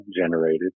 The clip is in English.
generated